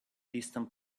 distant